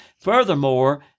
Furthermore